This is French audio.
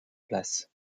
place